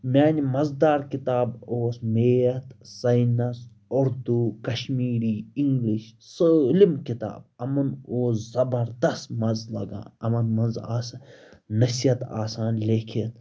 میٛانہِ مَزٕدار کِتاب اوس math science Urdu Kashmiri English سٲلِم کِتاب یِمَن اوس زبردست مَزٕ لگان یِمَن منٛز آسہٕ نصیحت آسان لیٚکھِتھ